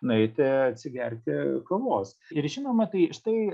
nueiti atsigerti kavos ir žinoma tai štai